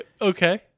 Okay